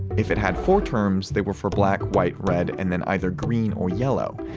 if it had four terms, they were for black, white, red, and then either green or yellow.